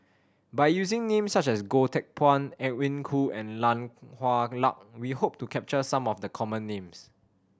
by using names such as Goh Teck Phuan Edwin Koo and Tan Hwa Luck we hope to capture some of the common names